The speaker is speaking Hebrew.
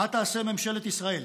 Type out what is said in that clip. מה תעשה ממשלת ישראל?